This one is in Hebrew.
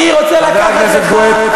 אני רוצה לקחת לך, חבר הכנסת גואטה,